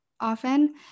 often